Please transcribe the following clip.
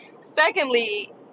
Secondly